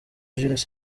jules